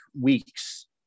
weeks